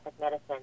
medicine